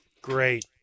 Great